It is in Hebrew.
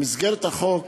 במסגרת חוק